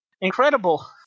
incredible